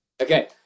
Okay